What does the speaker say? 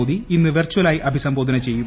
മോദി ഇന്ന് വെർച്ചലായി അഭിസംബോധന ചെയ്യും